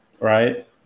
right